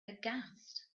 aghast